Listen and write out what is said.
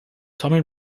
tommy